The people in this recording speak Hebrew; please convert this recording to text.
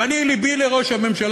ואני, לבי לראש הממשלה.